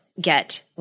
get